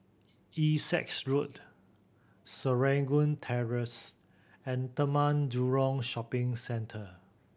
Essex Road Serangoon Terrace and Taman Jurong Shopping Centre